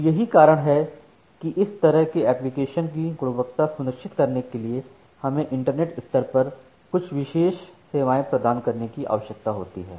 तो यही कारण है कि इस तरह के एप्लीकेशन की गुणवत्ता सुनिश्चित करने के लिए हमें इंटरनेट स्तर पर कुछ विशेष सेवाएं प्रदान करने की आवश्यकता होती है